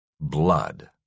blood